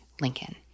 Lincoln